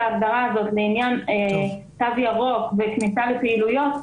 ההגדרה הזאת לעניין תו ירוק וכניסה לפעילויות,